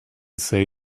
say